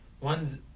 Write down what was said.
One's